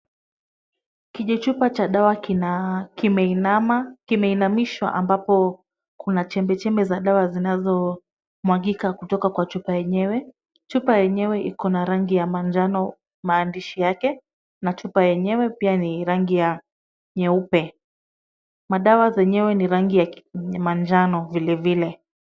Kichupa cha dawa kimeinamishwa ambapo kuna chembechembe za dawa ambazo zimemwagika kutoka kwa chupa yenyewe. Chupa yenyewe, iko na rangi ya manjano. Maandishi yake, na pia yenyewe pia ni ya rangi ya nyeupe. Dawa zenyewe ni rangi ya manjano vilevile.